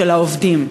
של העובדים,